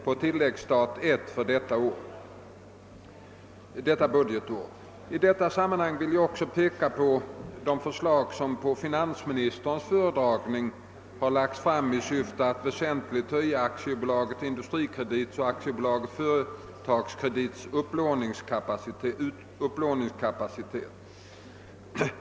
på tilläggstat I för detta budgetår. I detta sammanhang vill jag också peka på de förslag som på finansministerns föredragning har lagts fram i syfte att väsentligt höja AB Industrikredits och AB Företagskredits upplåningskapacitet.